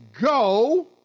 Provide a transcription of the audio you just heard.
go